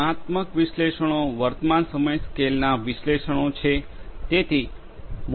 વર્ણનાત્મક વિશ્લેષણો વર્તમાન સમય સ્કેલના વિશ્લેષણો વિશે છે